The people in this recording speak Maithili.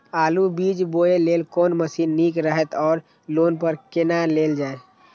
आलु बीज बोय लेल कोन मशीन निक रहैत ओर लोन पर केना लेल जाय?